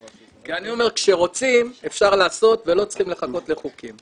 כי אני אומר כשרוצים אפשר לעשות ולא צריכים לחכות לחוקים.